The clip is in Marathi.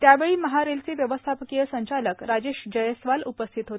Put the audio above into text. यावेळी महारेलचे व्यवस्थापकीय संचालक राजेश जयस्वाल उपस्थित होते